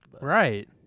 Right